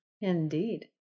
Indeed